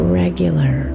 regular